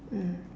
mm